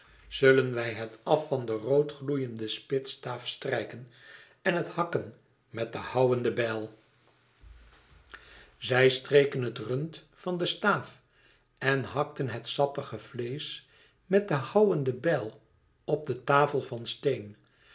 zullen wij het àf van den rood gloeienden spitstaaf strijken en het hakken met den houwenden bijl zij streken het rund van den staaf en hakten het sappige vleesch met den houwenden bijl op de tafel van steen